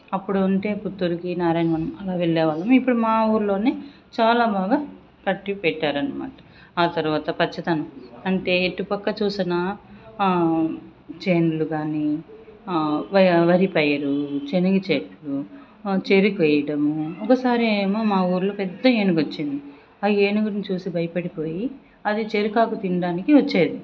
అప్పుడంటే పుత్తూరుకి నారాయణవనం అలా వెళ్లే వాళ్ళం ఇప్పుడు మా ఊరిలోనే చాలా బాగా కట్టి పెట్టారు అనమాట ఆ తర్వాత పచ్చదనం అంటే ఎటుపక్క చూసినా చేనులు కాని వరి వరి పైరు శనగ చెట్టు చెరుకు వేయడం ఒకసారి ఏమో మా ఊర్లో పెద్ద ఏనుగు వచ్చింది ఆ ఏనుగుని చూసి భయపడిపోయి అది చెరికాకు తినడానికి వచ్చేది